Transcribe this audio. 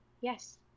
yes